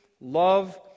love